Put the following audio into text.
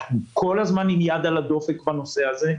אנחנו כל הזמן עם יד על הדופק בנושא הזה,